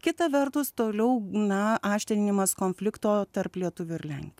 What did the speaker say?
kita vertus toliau na aštrinimas konflikto tarp lietuvių ir lenkų